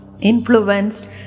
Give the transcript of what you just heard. influenced